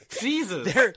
Jesus